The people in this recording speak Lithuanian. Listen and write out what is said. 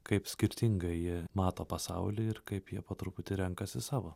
kaip skirtingai jie mato pasaulį ir kaip jie po truputį renkasi savo